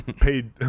paid